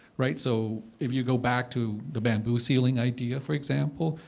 right? so if you go back to the bamboo ceiling idea, for example,